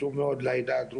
מקדמי.